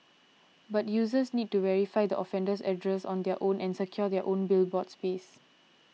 but users need to verify the offender's address on their own and secure their own billboard space